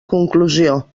conclusió